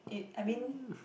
it I mean